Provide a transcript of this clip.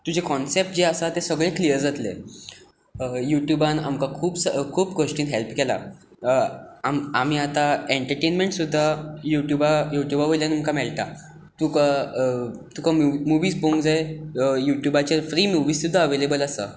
तुजे कॉन्सेप्ट जे आसा ते सगळे क्लियर जातले युट्यूबान आमकां खूब घोष्टींत हॅल्प केलां आमी आतां एन्टर्टेन्मॅन्ट सुद्दां युट्युबा युट्युबावयल्यान आमकां मेळटा तुका तुका मुविझ पळोवंक जाय युट्युबाचेर फ्री मुविझ सुद्दां अवेलेबल आसा